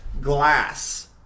glass